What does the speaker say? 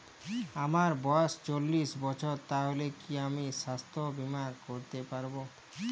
আমার বয়স চল্লিশ বছর তাহলে কি আমি সাস্থ্য বীমা করতে পারবো?